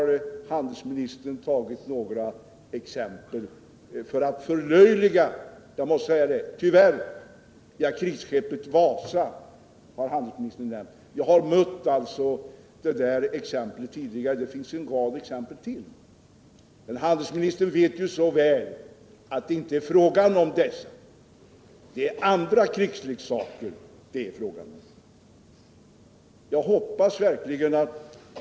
Handelsministern har tagit några exempel för att förlöjliga — jag måste tyvärr säga det — krigsskeppet Wasa. Jag har mött det exemplet tidigare, och det finns ytterligare en rad exempel. Men handelsministern vet ju så väl att det inte är fråga om dessa. Det är andra krigsleksaker det är fråga om.